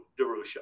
Darusha